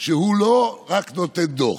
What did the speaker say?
שהוא לא רק נותן דוח,